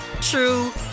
true